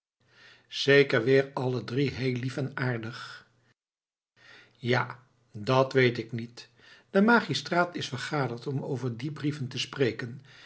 zeker weer alle drie heel lief en aardig ja dat weet ik niet de magistraat is vergaderd om over die brieven te spreken